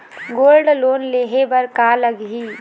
Gold loan लेहे बर का लगही?